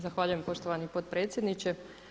Zahvaljujem poštovani potpredsjedniče.